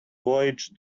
voyage